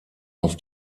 auf